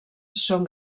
són